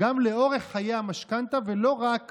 גם לאורך חיי המשכנתה, ולא רק